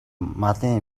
малын